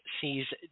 sees